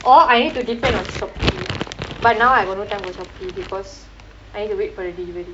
or I need to depend on Shopee but now I got no time for Shopee because I need to wait for the delivery